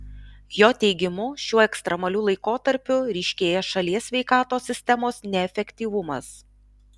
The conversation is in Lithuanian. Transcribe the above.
jo teigimu šiuo ekstremaliu laikotarpiu ryškėja šalies sveikatos sistemos neefektyvumas